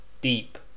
Deep